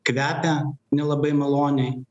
kvepia nelabai maloniai